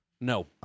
no